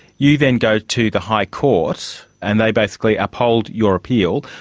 you then go to the high court and they basically uphold your appeal.